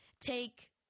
take